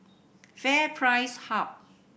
FairPrice Hub